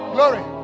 Glory